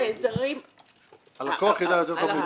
הלקוח יודע.